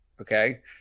okay